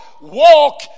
walk